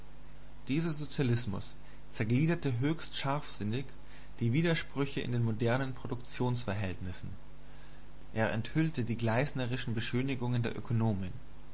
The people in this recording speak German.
dieser sozialismus zergliederte höchst scharfsinnig die widersprüche in den modernen produktionsverhältnissen er enthüllte die gleisnerischen beschönigungen der ökonomen